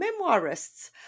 memoirists